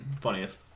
funniest